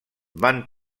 van